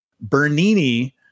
bernini